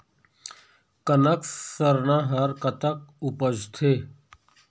कनक सरना हर कतक उपजथे?